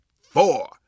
four